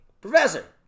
professor